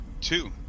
Two